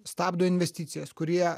stabdo investicijas kurie